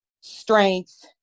strength